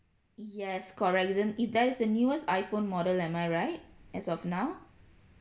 yes correct isn't is that is the newest iphone model am I right as of now